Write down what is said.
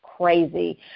crazy